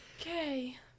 okay